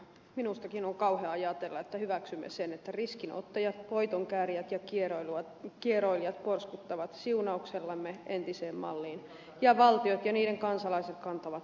minustakin on kauhea ajatella että hyväksymme sen että riskinottajat voitonkäärijät ja kieroilijat porskuttavat siunauksellamme entiseen malliin ja valtiot ja niiden kansalaiset kantavat vastuut